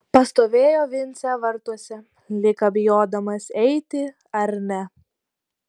pastovėjo vincė vartuose lyg abejodamas eiti ar ne